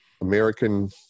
American